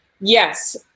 yes